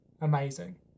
Amazing